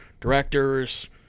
directors